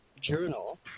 journal